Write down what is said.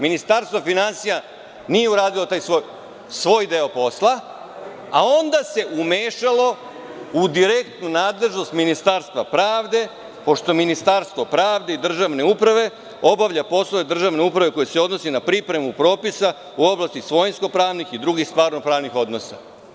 Ministarstvo finansija nije uradilo svoj deo posla, a onda se umešalo u direktnu nadležnost Ministarstva pravde, pošto Ministarstvo pravde i državne uprave obavlja poslove državne uprave koji se odnose na pripremu propisa u oblasti svojinsko-pravnih i drugih stvarno-pravnih odnosa.